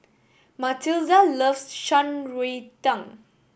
Matilda loves Shan Rui Tang